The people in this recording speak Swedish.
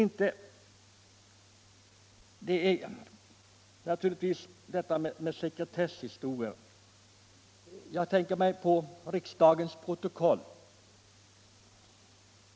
När det gäller sekretesshistorier tänker jag på riksdagens protokoll.